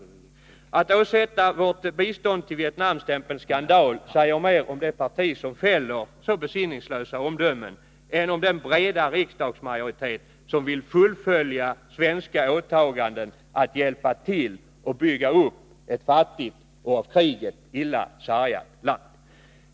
När man åsätter vårt bistånd till Vietnam stämpeln skandal säger det mer om det parti som fäller så besinningslösa omdömen än om den breda riksdagsmajoritet som vill fullfölja svenska åtaganden att hjälpa till och bygga upp ett fattigt och av kriget illa sargat land.